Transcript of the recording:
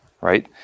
right